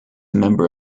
member